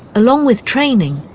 along with training,